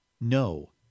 No